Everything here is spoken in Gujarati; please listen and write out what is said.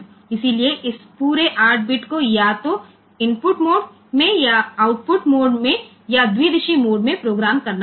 તેથી આ સમગ્ર 8 બીટ ને કાં તો ઇનપુટ મોડ માં અથવા આઉટપુટ મોડ માં અથવા બાયડિરેક્શનલ મોડ માં પ્રોગ્રામ કરવું પડશે